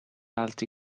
altri